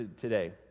today